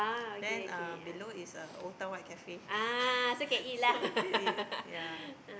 then uh below is uh Old-Town-White-Cafe so can eat ya